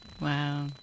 Wow